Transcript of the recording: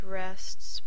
rests